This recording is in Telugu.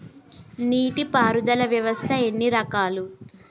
నీటి పారుదల వ్యవస్థ ఎన్ని రకాలు?